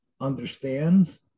understands